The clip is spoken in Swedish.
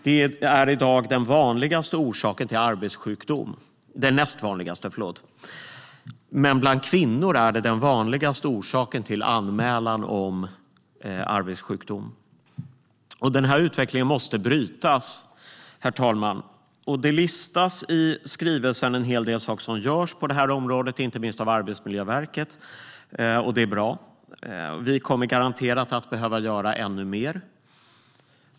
Det är i dag den näst vanligaste orsaken till arbetssjukdom. Bland kvinnor är det den vanligaste orsaken till anmälan om arbetssjukdom. Herr talman! Denna utveckling måste brytas. Det listas i skrivelsen en hel del saker som görs på detta område, inte minst av Arbetsmiljöverket. Det är bra. Vi kommer garanterat att behöva göra ännu mer.